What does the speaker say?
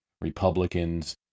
Republicans